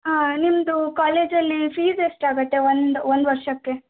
ಹಾಂ ನಿಮ್ಮದು ಕಾಲೇಜಲ್ಲಿ ಫೀಸ್ ಎಷ್ಟು ಆಗುತ್ತೆ ಒಂದು ಒಂದು ವರ್ಷಕ್ಕೆ